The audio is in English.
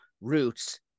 roots